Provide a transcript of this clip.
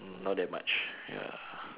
not that much ya